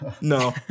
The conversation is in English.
no